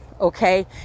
Okay